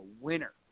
winner